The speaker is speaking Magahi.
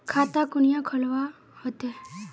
खाता कुनियाँ खोलवा होते?